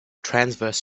transverse